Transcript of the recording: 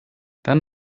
dann